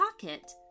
pocket